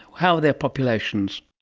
how are their populations?